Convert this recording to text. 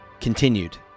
continued